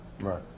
Right